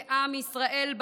לעם ישראל,